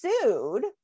sued